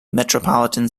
metropolitan